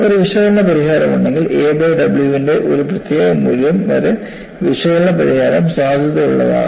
ഒരു വിശകലന പരിഹാരമുണ്ടെങ്കിൽ a ബൈ W ന്റെ ഒരു പ്രത്യേക മൂല്യം വരെ വിശകലന പരിഹാരം സാധുതയുള്ളതാകാം